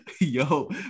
yo